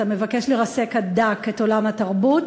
אתה מבקש לרסק עד דק את עולם התרבות.